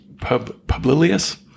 Publilius